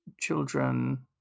children